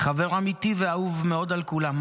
חבר אמיתי ואהוב מאוד על כולם.